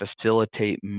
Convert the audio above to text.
facilitate